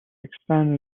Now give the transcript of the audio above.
expand